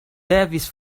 devis